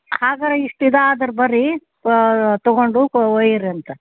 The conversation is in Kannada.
ಹಾಗಾರೆ ಇಷ್ಟು ಇದಾದ್ರೆ ಬನ್ರಿ ತಗೊಂಡು ಒಯ್ಯಿರಿ ಅಂತ